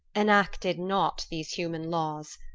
enacted not these human laws.